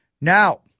Now